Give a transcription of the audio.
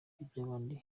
iby’abandi